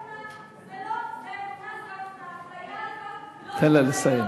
אופנה, האפליה הזאת לא צריכה להיות, תן לה לסיים.